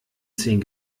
zehn